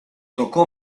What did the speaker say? tocó